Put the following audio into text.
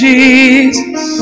Jesus